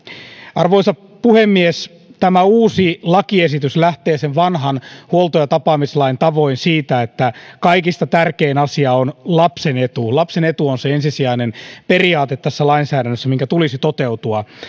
arvoisa puhemies tämä uusi lakiesitys lähtee sen vanhan huolto ja tapaamislain tavoin siitä että kaikista tärkein asia on lapsen etu lapsen etu on tässä lainsäädännössä se ensisijainen periaate minkä tulisi toteutua